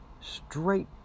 straight